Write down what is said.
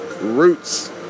roots